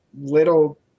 little